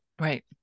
Right